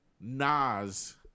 Nas